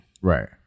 Right